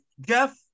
Jeff